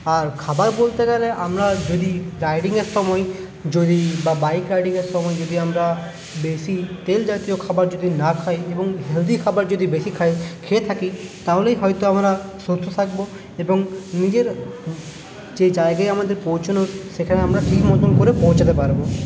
আর খাবার বলতে গেলে আমরা যদি রাইডিংয়ের সময় যদি বা বাইক রাইডিংয়ের সময় যদি আমরা বেশী তেল জাতীয় খাবার যদি না খাই এবং হেলদি খাবার যদি বেশী খাই খেয়ে থাকি তাহলেই হয়ত আমরা সুস্থ থাকবো এবং নিজের যে জায়গায় আমাদের পৌঁছানোর সেখানে আমরা ঠিক মতোন করে পৌঁছোতে পারবো